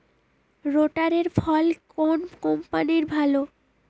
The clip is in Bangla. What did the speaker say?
রোটারের ফল কোন কম্পানির ভালো?